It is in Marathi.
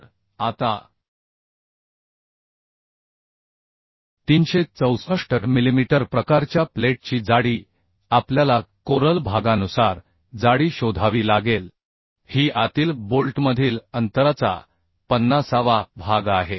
तर आता 364 मिलिमीटर प्रकारच्या प्लेटची जाडी आपल्याला कोरल भागानुसार जाडी शोधावी लागेल ही आतील बोल्टमधील अंतराचा पन्नासावा भाग आहे